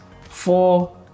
four